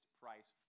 price